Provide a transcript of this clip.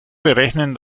berechnen